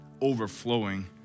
overflowing